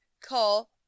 call